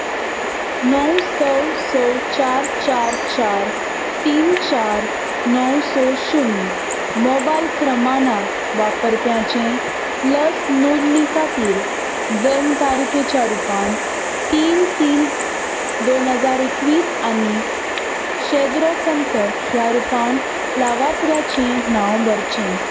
णव स स चार चार चार तीन चार णव स शुन्य मोबायल क्रमांक वापरप्याचें लस नोंदणी खातीर जल्म तारीखेच्या रुपान तीन तीन दोन हजार एकवीस आनी शेद्रो कंथक ह्या रुपान लाभार्थ्याचें नांव भरचें